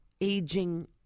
aging